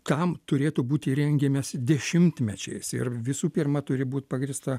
tam turėtų būti rengiamesi dešimtmečiais ir visų pirma turi būt pagrįsta